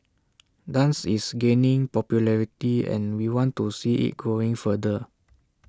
dance is gaining popularity and we want to see IT growing further